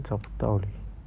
找不到 leh